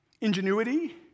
ingenuity